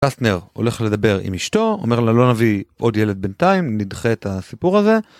קסטנר הולך לדבר עם אשתו, אומר לה לא נביא עוד ילד בינתיים נדחה את הסיפור הזה.